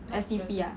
S_E_P ah